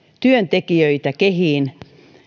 työntekijöitä kehiin